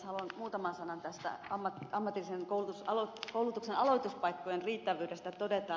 haluan muutaman sanan tästä ammatillisen koulutuksen aloituspaikkojen riittävyydestä todeta